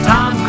Tom